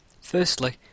Firstly